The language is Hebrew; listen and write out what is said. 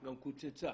גם קוצצה,